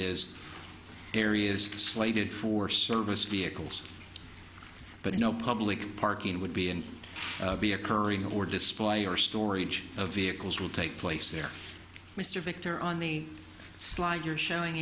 is areas slated for service vehicles but no public parking would be in be occurring or display or storage of vehicles will take place there mr victor on the slide you're sh